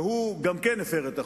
וגם הוא הפר את החוק,